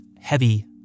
heavy